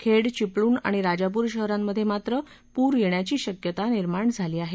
खेड चिपळूण आणि राजापूर शहरांमध्ये मात्र पूर येण्याची शक्यता निर्माण झाली आहे